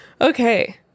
Okay